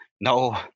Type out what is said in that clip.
no